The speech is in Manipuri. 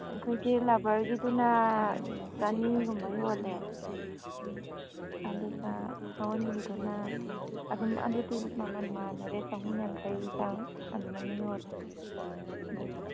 ꯑꯩꯈꯣꯏꯒꯤ ꯔꯕꯔꯒꯤꯗꯨꯅ ꯆꯅꯤꯒꯨꯝꯕ ꯌꯣꯜꯂꯦ ꯑꯗꯨꯒ ꯁꯎꯟꯒꯤꯗꯨꯅ ꯑꯗꯨꯝ ꯑꯗꯨꯗꯤ ꯃꯃꯜ ꯃꯥꯟꯅꯔꯦ ꯆꯍꯨꯝ ꯌꯥꯡꯈꯩ ꯑꯗꯨꯃꯥꯏꯅ ꯌꯣꯜꯂꯦ ꯑꯗꯁꯨ